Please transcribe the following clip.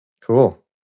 Cool